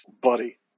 Buddy